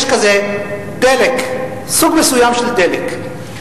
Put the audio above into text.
יש כזה סוג מסוים של דלק,